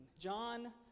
John